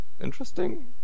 interesting